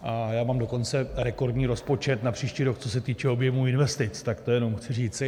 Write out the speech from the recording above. A já mám dokonce rekordní rozpočet na příští rok, co se týče objemu investic, tak to jenom chci říci.